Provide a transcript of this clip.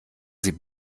sie